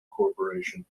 corporation